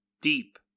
deep